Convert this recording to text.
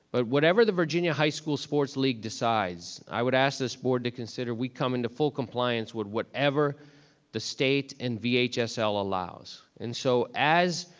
but whatever the virginia high school sports league decides, i would ask this board to consider we come into full compliance with whatever the state and vhsl allows. and so as